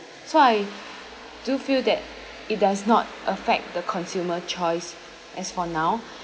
so I do feel that it does not affect the consumer choice as for now